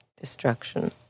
destruction